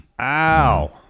Ow